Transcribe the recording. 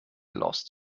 lost